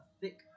thick